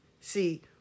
See